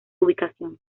ubicación